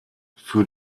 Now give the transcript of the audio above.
für